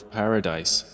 paradise